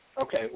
Okay